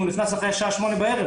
אם הוא נכנס אחרי השעה 20:00,